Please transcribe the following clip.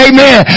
Amen